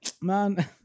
Man